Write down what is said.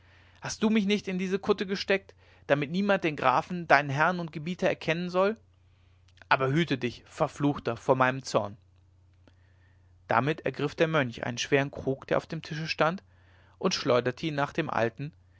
hast du mich nicht in diese kutte gesteckt damit niemand den grafen deinen herrn und gebieter erkennen soll aber hüte dich verfluchter vor meinem zorn damit ergriff der mönch einen schweren krug der auf dem tische stand und schleuderte ihn nach dem alten